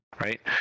right